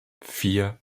vier